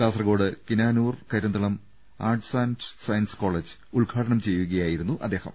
Kasaragod Kinanur Karinthalam arts and science college ഉദ്ഘാടനം ചെയ്യുകയായിരുന്നു അദ്ദേഹം